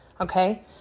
okay